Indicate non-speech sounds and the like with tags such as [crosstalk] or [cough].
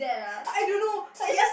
[breath] I don't know like yes~